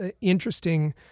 interesting